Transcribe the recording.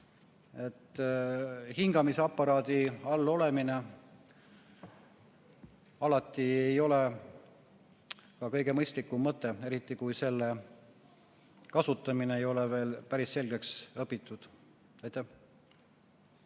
hingamisaparaadi all olemine ei ole alati kõige mõistlikum mõte, eriti kui selle kasutamine ei ole veel päris selgeks õpitud. Jaak